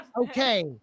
Okay